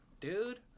dude